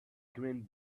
green